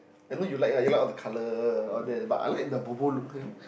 I know you like ah you like all the colour all that lah but I like the bobo look can